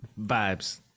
vibes